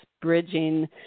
bridging